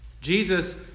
Jesus